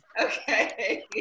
Okay